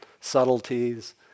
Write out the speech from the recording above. subtleties